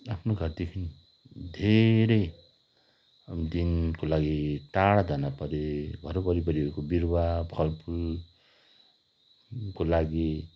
आफ्नो घरदेखि धेरै अब दिनको लागि टाढा जान परे घर वरिपरिहरूको बिरुवा फलफुलको लागि